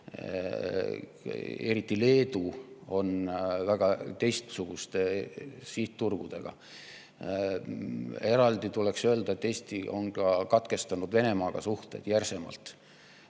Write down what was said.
Eriti Leedu on väga teistsuguste sihtturgudega. Eraldi tuleks öelda, et Eesti katkestas Venemaaga suhted järsemalt